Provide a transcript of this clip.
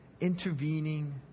intervening